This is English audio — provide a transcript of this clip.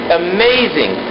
amazing